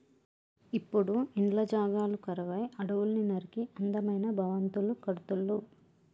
ఇప్పుడు ఇండ్ల జాగలు కరువై అడవుల్ని నరికి అందమైన భవంతులు కడుతుళ్ళు